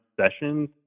Sessions